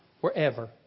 wherever